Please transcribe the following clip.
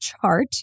chart